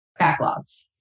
backlogs